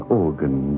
organ